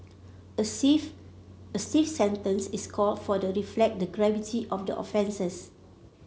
a stiff sentence is called for to reflect the gravity of the offences